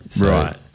Right